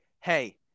hey